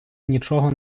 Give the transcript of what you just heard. нічого